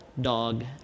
dog